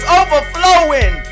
overflowing